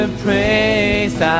praise